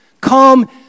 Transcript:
Come